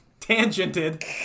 tangented